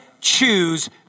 choose